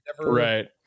Right